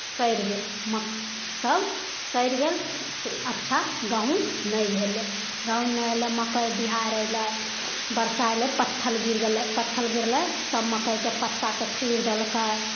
सड़ि गेल मकइ सब सड़ि गेल अच्छा गहूम नहि भेलै गहूम नहि भेलै मकइ बिहाड़ि अएलै बरसा अएलै पत्थर गिर गेलै पत्थर गिरलै सब मकइके पत्ताके चुड़ि देलकै